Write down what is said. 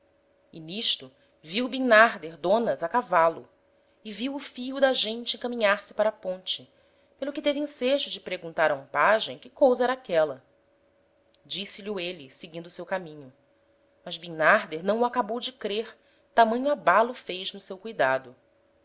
e n'isto viu bimnarder donas a cavalo e viu o fio da gente encaminhar-se para a ponte pelo que teve ensejo de preguntar a um pagem que cousa era aquela disse-lh'o êle seguindo seu caminho mas bimnarder não o acabou de crer tamanho abalo fez no seu cuidado